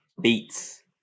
beats